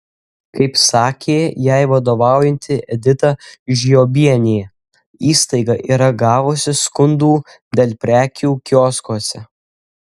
kaip sakė jai vadovaujanti edita žiobienė įstaiga yra gavusi skundų dėl prekių kioskuose